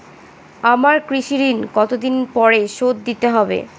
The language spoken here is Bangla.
আমার কৃষিঋণ কতদিন পরে শোধ দিতে হবে?